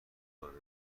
آرزو